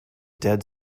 dead